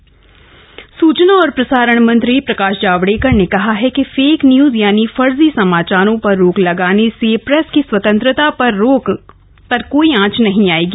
fake news सुचना और प्रसारण मंत्री प्रकाश जावड़ेकर ने कहा है कि फेक न्यूज यानी फर्जी समाचारों पर रोक लगाने से प्रेस की स्वतंत्रता पर कोई आंच नहीं आएगी